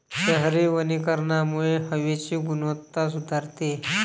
शहरी वनीकरणामुळे हवेची गुणवत्ता सुधारते